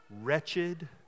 wretched